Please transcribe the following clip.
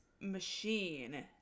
machine